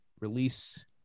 release